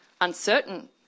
uncertain